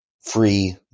free